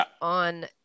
on